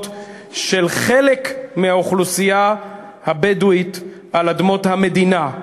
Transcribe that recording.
של חלק מהאוכלוסייה הבדואית על אדמות המדינה.